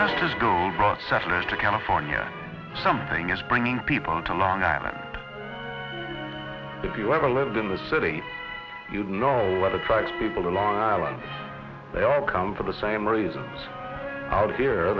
mr california something is bringing people on long island if you ever lived in the city you'd know what attracts people to line island they all come for the same reason out here